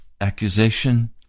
accusation